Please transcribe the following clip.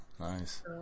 Nice